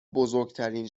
بزرگترین